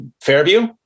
Fairview